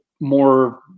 more